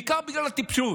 בעיקר בגלל הטיפשות.